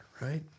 right